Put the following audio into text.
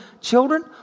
children